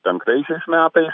penktaisiais metais